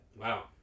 Wow